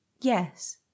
Yes